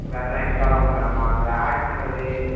வேறு எல்லாம் எக்ஸ்ட்ராலாம் ஒன்றும் வேணாமா இந்த ஆட் பண்ணுறது